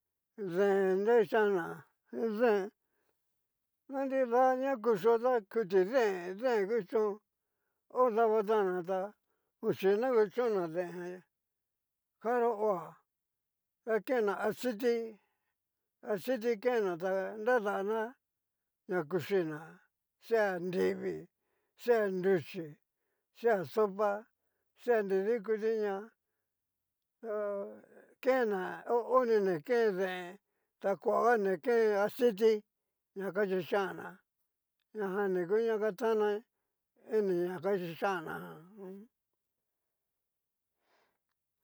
Keen kixana keen na nrida na kucho ta kuti deen deen kuchón, odabana tan na ta koyen na kuchon na deen, caro ho a ta ken na aciti, aciti ken na ta nradana na kuchina, sea nrivii, sea ruchí, sea sopa, ta nrida ikuti ña ta kenda ho o ni ni ken deen, ta koaga ni ken aciti, ña ka kixanna, ñajan ni ngu ña tan ná ini ña ka yichana jan mmm